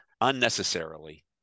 unnecessarily